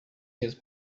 his